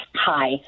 Hi